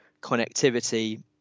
connectivity